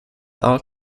art